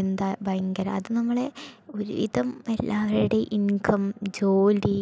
എന്താ ഭയങ്കര അത് നമ്മളെ ഒരു വിധം എല്ലാവരുടെയും ഇൻകം ജോലി